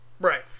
Right